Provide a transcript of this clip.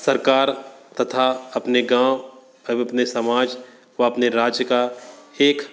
सरकार तथा अपने गाँव कब अपने समाज व अपने राज्य का एक